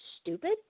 stupid